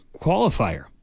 qualifier